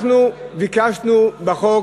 אנחנו ביקשנו בחוק,